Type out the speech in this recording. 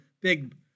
big